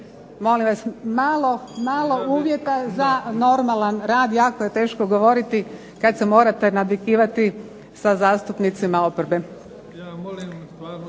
molim vas malo uvjeta za normalan rad. Jako je teško govoriti kad se morate nadvikivati sa zastupnicima oporbe.